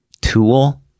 tool